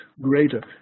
greater